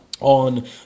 on